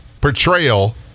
portrayal